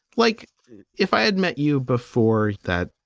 like if i had met you before that,